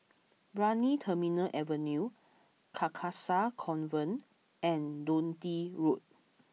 Brani Terminal Avenue Carcasa Convent and Dundee Road